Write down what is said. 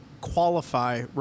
qualify